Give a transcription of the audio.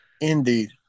Indeed